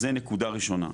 אז זה נקודה ראשונה.